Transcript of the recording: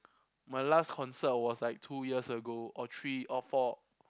my last concert was like two years ago or three or four